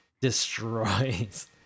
destroys